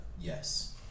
yes